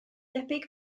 debyg